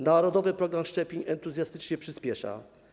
Narodowy program szczepień entuzjastycznie przyspiesza.